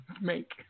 make